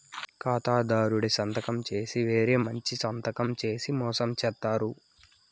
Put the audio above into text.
ఖాతాదారుడి సంతకం చూసి వేరే మంచి సంతకం చేసి మోసం చేత్తారు